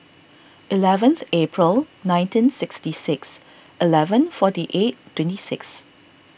eleventh April nineteen sixty six eleven forty eight twenty six